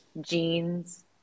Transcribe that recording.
jeans